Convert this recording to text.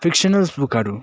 fictionals बुकहरू